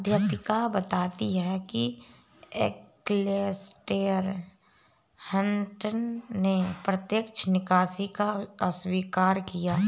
अध्यापिका बताती हैं एलेसटेयर हटंन ने प्रत्यक्ष निकासी का अविष्कार किया